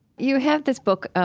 you have this book, um